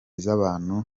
z’abantu